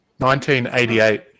1988